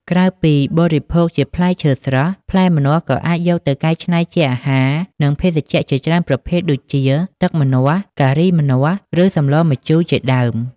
ក្រៅពីបរិភោគជាផ្លែឈើស្រស់ ផ្លែម្នាស់ក៏អាចយកទៅកែច្នៃជាអាហារ និងភេសជ្ជៈជាច្រើនប្រភេទដូចជា ទឹកម្នាស់ ការីម្នាស់ ឬ សម្លរម្ជូរ ជាដើម។